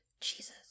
Jesus